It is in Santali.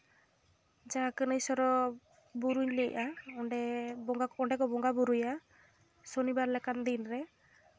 ᱡᱟᱦᱟᱸ ᱠᱟᱹᱱᱟᱹᱭ ᱥᱚᱨ ᱵᱩᱨᱩᱧ ᱞᱟᱹᱭᱮᱜᱼᱟ ᱚᱸᱰᱮ ᱠᱚ ᱵᱚᱸᱜᱟ ᱵᱳᱨᱳᱭᱟ ᱥᱚᱱᱤᱵᱟᱨ ᱞᱮᱠᱟᱱ ᱫᱤᱱ ᱨᱮ